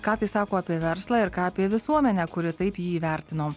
ką tai sako apie verslą ir ką apie visuomenę kuri taip jį įvertino